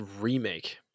remake